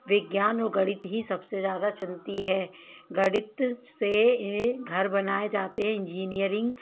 विज्ञान और गणित ही सबसे ज़्यादा चनती है गणित से ये घर बनाए जाते हैं इंजीनियरिंग